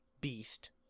beast